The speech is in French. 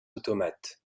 automates